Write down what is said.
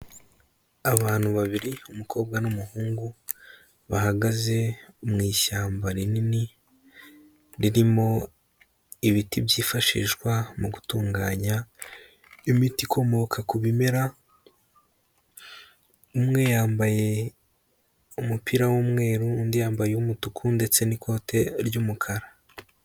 Abantu babiri, umukobwa n'umuhungu bahagaze mu ishyamba rinini, ririmo ibiti byifashishwa mu gutunganya imiti ikomoka ku bimera, umwe yambaye umupira w'umweru, undi yambaye umutuku ndetse n'ikote ry'umukara.